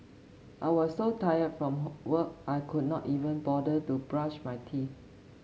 I was so tired from work I could not even bother to brush my teeth